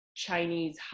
Chinese